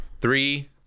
Three